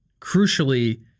crucially